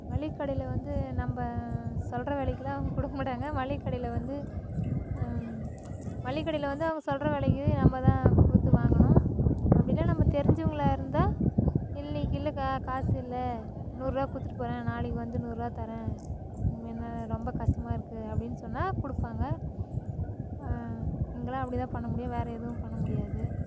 மளிகை கடையில் வந்து நம்ம சொல்கிற விலைக்கில்லாம் அவங்க கொடுக்க மாட்டாங்க மளிகை கடையில் வந்து மளிகை கடையில் வந்து அவங்க சொல்கிற வெலைக்கு நம்ம தான் கொடுத்து வாங்கணும் அப்படின்னா நம்பள தெரிஞ்சவங்களா இருந்தால் இன்றைக்கு இல்லைக்கா காசு இல்லை நூறுபா கொடுத்துட்டு போகிறேன் நாளைக்கு வந்து நூறுபா தர்றேன் ஏன்னா ரொம்ப கஷ்டமாக இருக்குது அப்படின்னு சொன்னால் கொடுப்பாங்க இங்கேலாம் அப்படி தான் பண்ண முடியும் வேறு எதுவும் பண்ண முடியாது